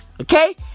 okay